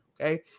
Okay